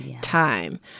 time